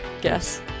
guess